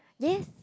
yes